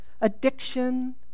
Addiction